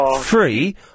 free